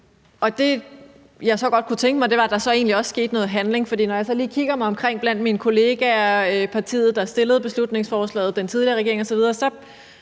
Det, jeg så godt kunne tænke mig, var, at der så egentlig også skete noget handling. For når jeg lige kigger mig omkring blandt mine kollegaer, partiet, der fremsatte beslutningsforslaget, den tidligere regering osv.,